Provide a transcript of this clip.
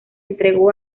entregó